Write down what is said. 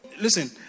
Listen